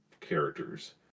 characters